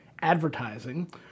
advertising